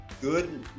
Good